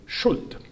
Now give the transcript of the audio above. Schuld